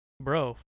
bro